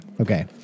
okay